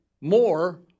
more